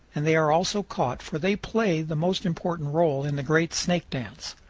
and they are also caught, for they play the most important role in the great snake dance.